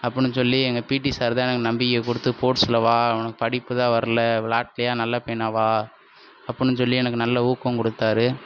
அப்படின்னு சொல்லி எங்கள் பீட்டி சார் தான் எனக்கு நம்பிக்கை கொடுத்து ஸ்போர்ட்ஸில் வா உனக்கு படிப்பு தான் வரல விளையாட்டுலையா நல்ல பையனாக வா அப்படின்னு சொல்லி எனக்கு நல்ல ஊக்கம் கொடுத்தாரு